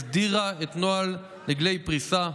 הסדירה את נוהל דגלי פריסה.